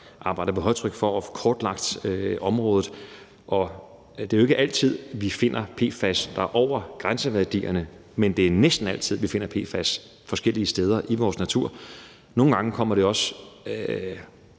arbejder på højtryk for at få kortlagt området – er det jo ikke altid, vi finder PFAS, der er over grænseværdierne, men det er næsten altid, at vi finder PFAS forskellige steder i vores natur. Nogle gange kommer det også